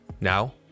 Now